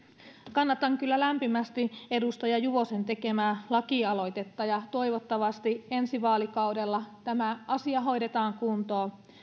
kannatan kyllä lämpimästi edustaja juvosen tekemää lakialoitetta toivottavasti ensi vaalikaudella tämä asia hoidetaan kuntoon